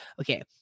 okay